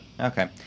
Okay